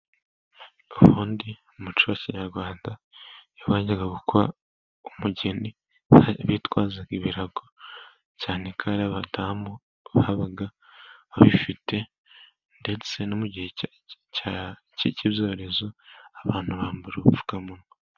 Ubundi umuco wa kinyarwanda iyo bajyaga gukwa umugeni bitwazaga ibirago cyane kandi abadamu babaga babifite, ndetse no mu gihe cy'ibyorezo abantu bambara ubupfukamunwa.